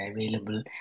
available